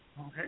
okay